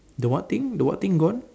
the what thing the what thing gone